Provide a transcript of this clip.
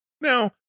Now